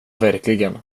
verkligen